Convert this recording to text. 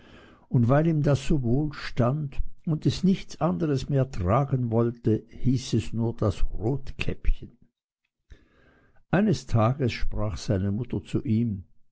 und weil ihm das so wohl stand und es nichts anders mehr tragen wollte hieß es nur das rotkäppchen eines tages sprach seine mutter zu ihm